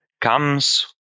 comes